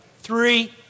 three